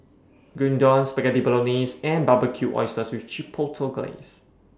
Gyudon Spaghetti Bolognese and Barbecued Oysters with Chipotle Glaze